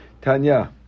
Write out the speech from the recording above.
Tanya